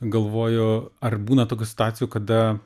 galvoju ar būna tokių situacijų kada